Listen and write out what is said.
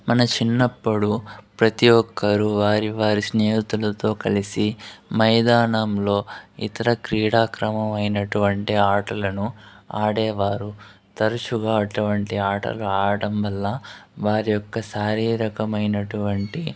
మన చిన్నప్పుడు ప్రతి ఒక్కరు వారి వారి స్నేహితులతో కలిసి మైదానంలో ఇతర క్రీడా క్రమమైనటువంటి ఆటలను ఆడేవారు తరచుగా అటువంటి ఆటలు ఆడటం వల్ల వారి యొక్క శారీరకమైనటువంటి